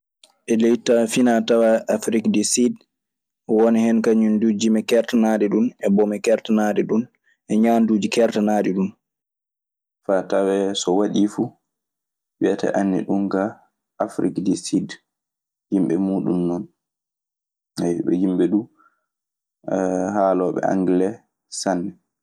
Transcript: E ley finatawa Afrik di Siid wom hen kaŋum dun jimee kertanaɗe dun e ɓomee kertanaɗe dun e ŋiamduji kertanaɗi dum. Faa tawee so waɗii fu wiyete "Anni ɗun kaa, Afrik di Siid yimɓe muuɗun non.", ɓe yimɓe duu haalooɓe angele sanne.